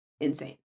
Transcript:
insane